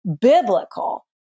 biblical